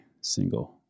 single